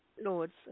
Lords